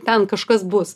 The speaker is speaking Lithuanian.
ten kažkas bus